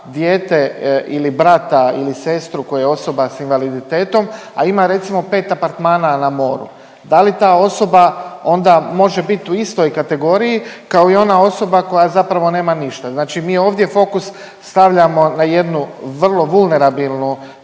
dijete ili brata ili sestru koje je osoba s invaliditetom, a ima recimo 5 apartmana na moru, da li ta osoba onda može bit u istoj kategoriji kao i ona osoba koja zapravo nema ništa. Znači mi ovdje fokus stavljamo na jednu vrlo vulnerabilnu